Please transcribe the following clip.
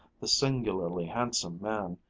the singularly handsome man,